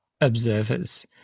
observers